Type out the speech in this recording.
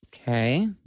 Okay